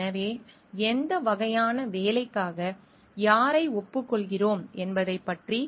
எனவே எந்த வகையான வேலைக்காக யாரை ஒப்புக்கொள்கிறோம் என்பதைப் பற்றி